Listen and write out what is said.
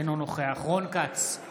אינו נוכח רון כץ,